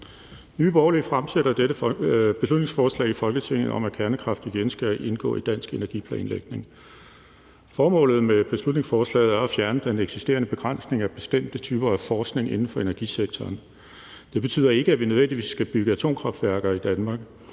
Nye Borgerlige fremsætter dette beslutningsforslag i Folketinget om, at kernekraft igen skal indgå i dansk energiplanlægning. Formålet med beslutningsforslaget er at fjerne den eksisterende begrænsning af bestemte typer af forskning inden for energisektoren. Det betyder ikke, at vi nødvendigvis skal bygge atomkraftværker i Danmark,